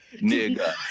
Nigga